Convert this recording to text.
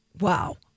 wow